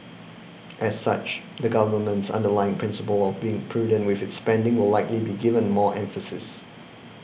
as such the Government's underlying principle of being prudent with its spending will likely be given more emphasis